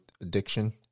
addiction